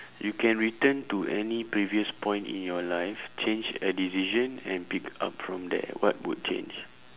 you can return to any previous point in your life change a decision and pick up from there what would change